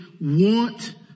want